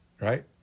Right